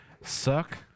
Suck